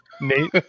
Nate